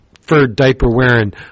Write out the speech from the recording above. fur-diaper-wearing